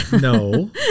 No